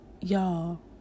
y'all